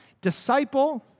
disciple